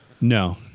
No